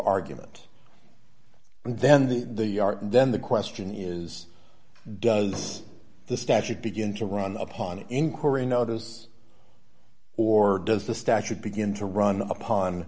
argument then the the then the question is does the statute begin to run upon inquiry know those or does the statute begin to run upon